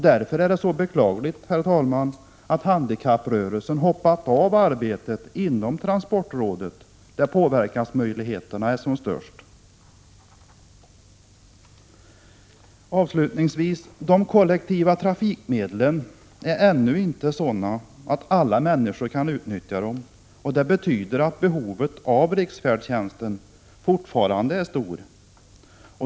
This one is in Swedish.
Därför är det beklagligt, herr talman, att handikapprörelsen hoppat av arbetet inom transportrådet, där påverkansmöjligheterna är som störst. Avslutningsvis: De kollektiva trafikmedlen är ännu inte sådana att alla människor kan utnyttja dem, och det betyder att behovet av riksfärdtjänsten fortfarande är stort.